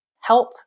help